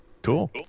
Cool